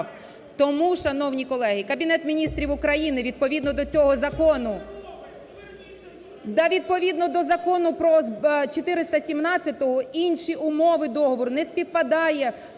Тому, шановні колеги… Кабінет Міністрів України відповідно до цього закону… (Шум у залі) Відповідно до Закону про… 417, інші умови договору не співпадають